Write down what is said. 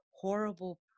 horrible